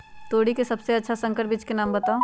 तोरी के सबसे अच्छा संकर बीज के नाम बताऊ?